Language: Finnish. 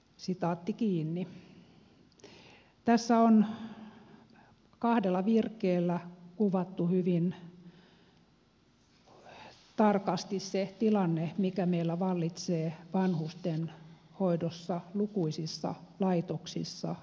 tässä on kahdella virkkeellä kuvattu hyvin tarkasti se tilanne mikä meillä vallitsee vanhustenhoidossa lukuisissa laitoksissa